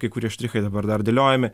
kai kurie štrichai dabar dar dėliojami